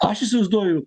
aš įsivaizduoju